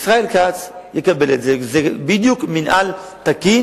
ישראל כץ יקבל את זה, וזה בדיוק מינהל תקין.